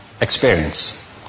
experience